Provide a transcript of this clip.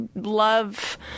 love